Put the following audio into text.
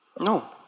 No